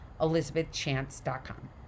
ElizabethChance.com